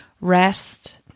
rest